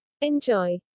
Enjoy